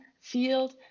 field